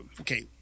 okay